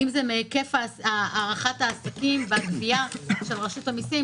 האם זה מהיקף הערכת העסקים והגבייה של רשות המיסים.